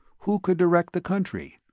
who could direct the country?